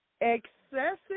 Excessive